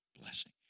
blessing